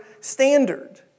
standard